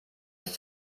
ist